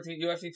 UFC